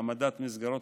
העמדת מסגרות